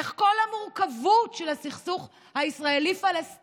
איך כל המורכבות של הסכסוך הישראלי פלסטיני